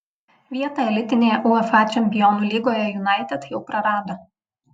vietą elitinėje uefa čempionų lygoje united jau prarado